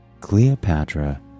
Cleopatra